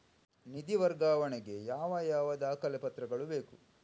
ನಿಧಿ ವರ್ಗಾವಣೆ ಗೆ ಯಾವ ಯಾವ ದಾಖಲೆ ಪತ್ರಗಳು ಬೇಕು?